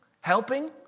helping